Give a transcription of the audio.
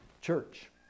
church